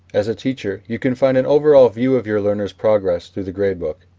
as a teacher, you can find an overall view of your learners' progress through the gradebook.